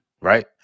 right